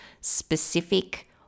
specific